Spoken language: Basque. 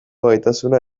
gaitasuna